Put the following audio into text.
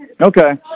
okay